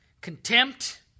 contempt